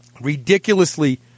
ridiculously